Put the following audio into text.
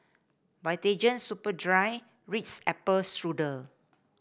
Vitagen Superdry and Ritz Apple Strudel